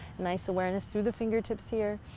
nice awareness through the fingertips here.